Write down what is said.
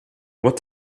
what